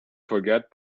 forget